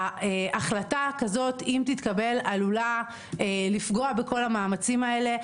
החלטה כזאת אם תתקבל עלולה לפגוע בכל המאמצים האלה,